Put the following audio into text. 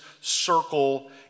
circle